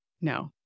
No